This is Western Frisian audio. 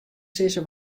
sizze